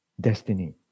Destiny